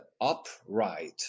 upright